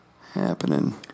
happening